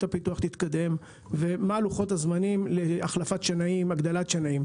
הפיתוח תתקדם ומה לוחות הזמנים להחלפת והגדלת שנאים.